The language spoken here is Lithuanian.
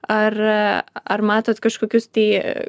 ar ar matot kažkokius tai